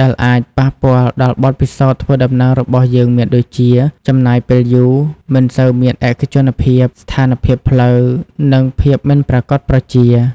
ដែលអាចប៉ះពាល់ដល់បទពិសោធន៍ធ្វើដំណើររបស់យើងមានដូចជា ចំណាយពេលយូរ មិនសូវមានឯកជនភាព ស្ថានភាពផ្លូវ និងភាពមិនប្រាកដប្រជា។